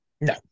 No